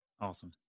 awesome